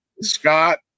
Scott